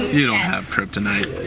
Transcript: you don't have kryptonite.